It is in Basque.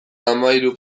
hamahiru